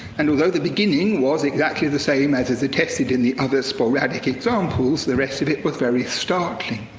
and although the beginning was exactly the same as is attested in the other sporadic examples, the rest of it was very startling.